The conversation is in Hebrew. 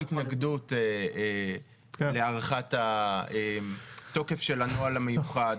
התנגדות להארכת התוקף של הנוהל המיוחד.